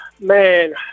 Man